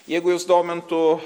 jeigu jus domintų